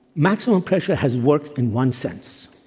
maximum pressure has worked in one sense.